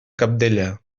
cabdella